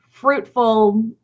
fruitful